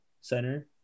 center